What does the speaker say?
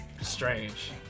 strange